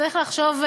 צריך לחשוב,